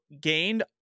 gained